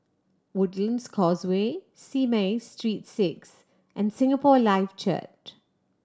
Woodlands Causeway Simei Street Six and Singapore Life Church